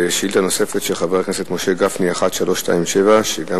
שאילתא נוספת היא שאילתא 1327 של חבר הכנסת משה גפני,